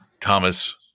Thomas